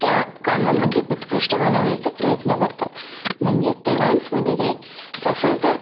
त्या कामामध्ये उत्कृष्ट बनवण्याचा प्रयत्न करतात म्हणजेच त्या डान्समध्ये ते सफलता